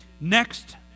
Next